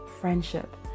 friendship